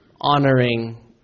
honoring